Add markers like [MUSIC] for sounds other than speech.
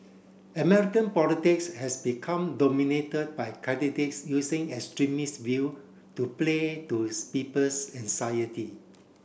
American politics has become dominated by candidates using extremist view to play to [UNINTELLIGIBLE] people's anxiety